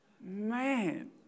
Man